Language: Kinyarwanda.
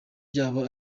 byabo